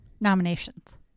Nominations